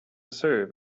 serve